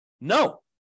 No